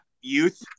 youth